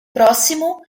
próximo